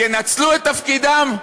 ינצלו את תפקידם?